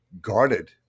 guarded